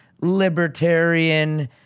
libertarian